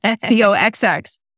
C-O-X-X